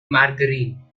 margarine